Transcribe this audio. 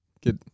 Get